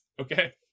Okay